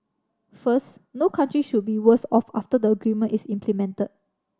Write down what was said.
first no country should be worse off after the agreement is implemented